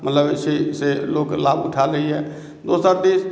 मतलब से लोक लाभ उठा लैए दोसर दिस